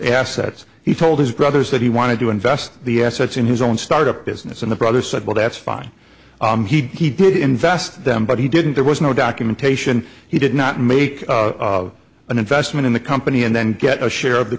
assets he told his brothers that he wanted to invest the assets in his own start up business and the brother said well that's fine he did invest them but he didn't there was no documentation he did not make an investment in the company and then get a share of the